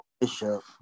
Bishop